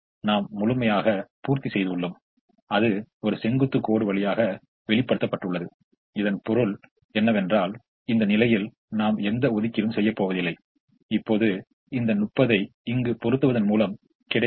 எனவே நாம் θ 1 θ 2 மற்றும் பலவற்றை இங்கு இடுகிறோம் எனவே நாம் θ வை இங்கே இடும் போது அது 25 θ வாகிறது மேலும் நாம் இந்த θ 25 θ வை அதிகரிக்கும்போது அது 0 ஆக குறையாப் போகிறது ஆக முதலில் 0 வரப்போகிறது